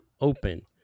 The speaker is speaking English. open